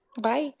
Bye